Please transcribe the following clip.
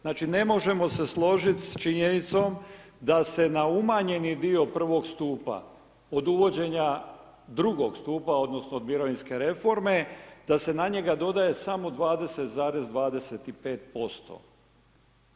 Znači, ne možemo se složit s činjenicom da se na umanjeni dio I. stupa od uvođenje II. stupa, odnosno od mirovinske reforme, da se na njega dodaje samo 20,25%